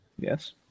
Yes